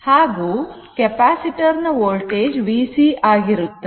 ಹಾಗೂ ಕೆಪಾಸಿಟರ್ ನ voltage VC ಆಗಿರುತ್ತದೆ